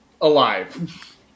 alive